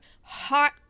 hot